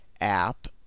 app